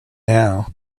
now